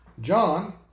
John